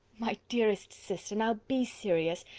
my dearest sister, now be serious.